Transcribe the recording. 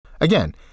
Again